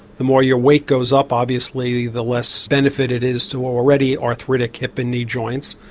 the more your weight goes up obviously the the less benefit it is to already arthritic hip and knee joints.